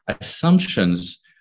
assumptions